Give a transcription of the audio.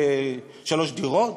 שלוש דירות.